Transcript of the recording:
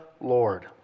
Lord